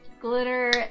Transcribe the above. glitter